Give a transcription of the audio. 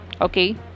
okay